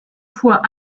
fois